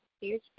huge